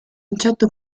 concetto